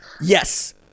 Yes